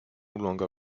longer